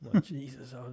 Jesus